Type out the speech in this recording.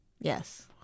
Yes